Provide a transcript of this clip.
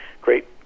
great